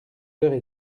heures